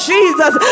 Jesus